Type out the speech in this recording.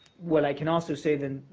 what i can also say, then,